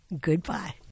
goodbye